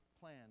plan